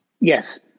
yes